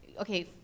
okay